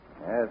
Yes